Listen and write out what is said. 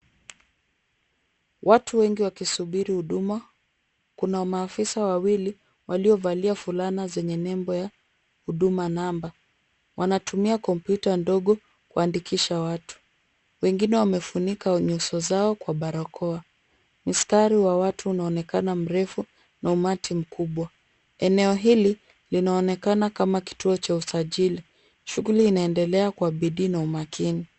Watu wengi wakisubiri huduma, kuna maafisa wawili waliovalia fulana zenye nembo ya huduma namba. Wanatumia kompyuta ndogo kuandikisha watu, wengine wamefunika nyuso zao kwa barakoa. Mistari wa watu unaonekana mrefu na umati mkubwa, eneo hili linaonekana kama kituo cha usajili, shughuli inaendelea kwa bidii na umakini.